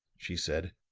she said.